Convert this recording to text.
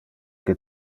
que